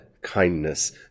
kindness